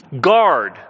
guard